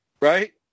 right